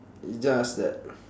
it's just that